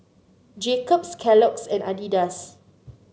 Jacob's Kellogg's and Adidas